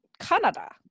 canada